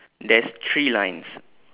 there's three lines